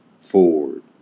Ford